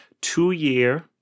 two-year